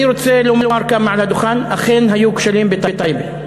אני רוצה לומר כאן מעל הדוכן: אכן היו כשלים בטייבה,